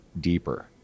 deeper